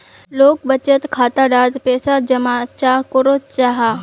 लोग बचत खाता डात पैसा जमा चाँ करो जाहा?